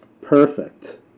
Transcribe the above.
Perfect